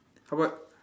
how about